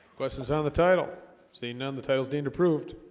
questions on the title seeing none the titles deemed approved